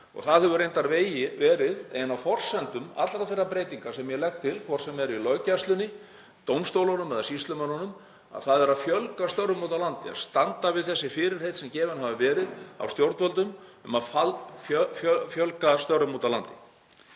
Það hefur reyndar verið ein af forsendum allra þeirra breytinga sem ég legg til, hvort sem er í löggæslunni, dómstólunum eða hjá sýslumönnunum, að fjölga störfum úti á landi og standa við fyrirheit sem gefin hafa verið af stjórnvöldum um að fjölga störfum úti á landi.